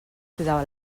cridava